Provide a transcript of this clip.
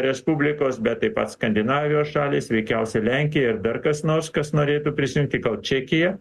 respublikos bet taip pat skandinavijos šalys veikiausiai lenkija ir dar kas nors kas norėtų prisijungti čekija